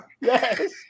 yes